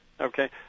Okay